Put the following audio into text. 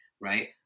right